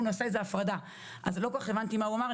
לא כל כך הבנתי את מה שהוא אמר.